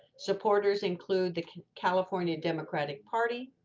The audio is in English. supporters include the california democratic party,